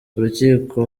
urukiko